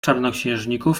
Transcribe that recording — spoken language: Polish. czarnoksiężników